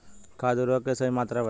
खाद उर्वरक के सही मात्रा बताई?